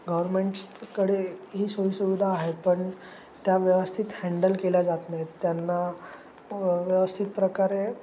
गव्हर्मेंट्सकडे ही सोयीसुविधा आहे पण त्या व्यवस्थित हँडल केल्या जात नाहीत त्यांना व व्यवस्थित प्रकारे